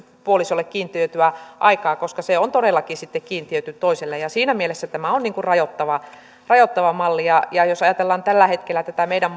puolisolle kiintiöityä aikaa koska se on todellakin kiintiöity toiselle ja siinä mielessä tämä on rajoittava rajoittava malli ja ja jos ajatellaan tällä hetkellä tätä meidän